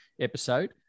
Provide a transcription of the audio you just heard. episode